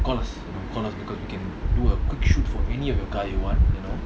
because you can do a quick shoot for any of your car you want you know